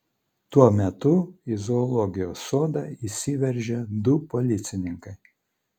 tuo metu į zoologijos sodą įsiveržė du policininkai